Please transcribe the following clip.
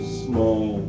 small